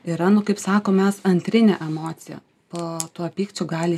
yra nu kaip sakom mes antrinė emocija po tuo pykčiu gali